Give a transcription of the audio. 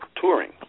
touring